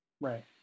Right